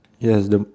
yes the